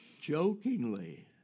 jokingly